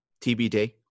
tbd